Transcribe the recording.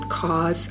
cause